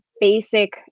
basic